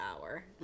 hour